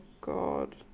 God